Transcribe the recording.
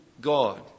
God